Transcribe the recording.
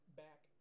back